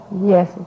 Yes